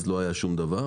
אז לא היה שום דבר.